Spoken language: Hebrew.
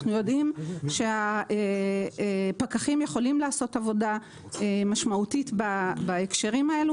אנחנו יודעים שהפקחים יכולים לעשות עבודה משמעותית בהקשרים האלה.